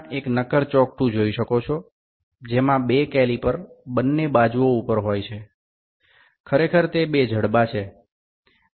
প্রকৃতপক্ষে তারা দুটি বাহু নীচের দিকে বাহুগুলি বাহ্যিক ব্যাসের জন্য ব্যবহৃত হয়